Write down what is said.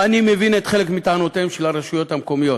אני מבין חלק מטענותיהן של הרשויות המקומיות.